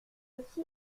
aussi